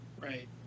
right